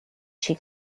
she